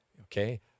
okay